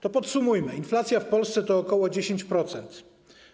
To podsumujmy: inflacja w Polsce wynosi ok. 10%.